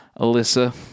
Alyssa